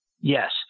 yes